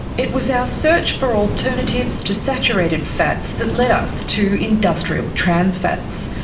it was our search for alternatives to saturated fats that led us to industrial trans fats.